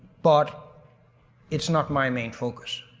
but it's not my main focus.